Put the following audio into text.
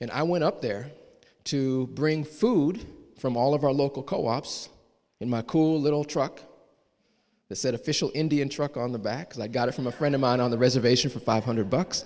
and i went up there to bring food from all of our local co ops in my cool little truck the set official indian truck on the back and i got it from a friend of mine on the reservation for five hundred bucks